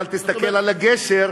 אבל תסתכל על הגשר,